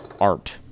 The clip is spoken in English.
art